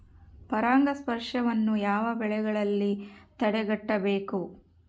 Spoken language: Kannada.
ಪರಾಗಸ್ಪರ್ಶವನ್ನು ಯಾವ ಬೆಳೆಗಳಲ್ಲಿ ತಡೆಗಟ್ಟಬೇಕು?